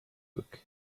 book